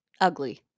Ugly